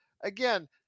again